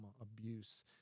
abuse